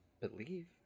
believe